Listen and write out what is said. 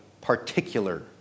particular